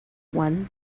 one